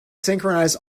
synchronize